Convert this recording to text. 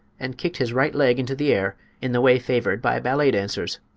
and kicked his right leg into the air in the way favored by ballet-dancers!